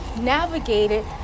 navigated